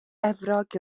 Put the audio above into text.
efrog